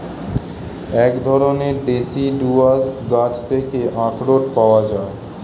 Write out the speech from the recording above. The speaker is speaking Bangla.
এক ধরণের ডেসিডুয়াস গাছ থেকে আখরোট পাওয়া যায়